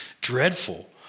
dreadful